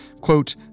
quote